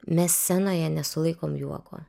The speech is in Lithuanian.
mes scenoje nesulaikom juoko